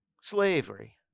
slavery